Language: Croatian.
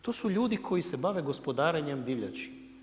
To su ljudi koji se bave gospodarenjem divljači.